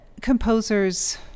composers